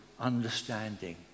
understanding